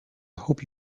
hope